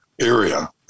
area